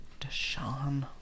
Deshaun